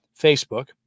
Facebook